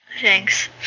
Thanks